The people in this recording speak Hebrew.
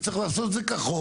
וצריך לעשות את זה כחוק.